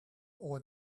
all